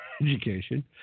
education